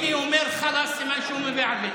הינה, הוא אומר חלאס, סימן שהוא מבין ערבית.